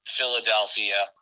Philadelphia